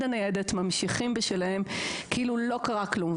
הניידת ממשיכים בשלהם כאילו לא קרה כלום.